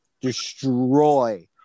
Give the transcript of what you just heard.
destroy